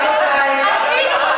רבותי,